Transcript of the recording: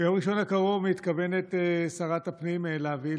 ביום ראשון הקרוב מתכוונת שרת הפנים להביא